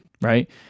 Right